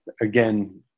again